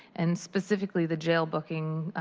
and specifically the jail booking